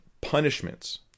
punishments